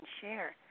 share